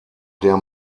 der